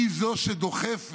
היא זו שדוחפת.